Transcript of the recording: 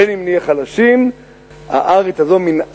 בין שנהיה חלשים, הארץ הזאת, מן אללה,